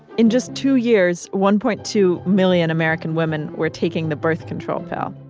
in just two years one point two million american women were taking the birth control pill.